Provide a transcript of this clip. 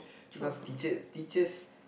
because teacher teachers